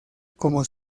como